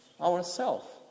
Ourself